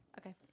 Okay